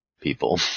people